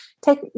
take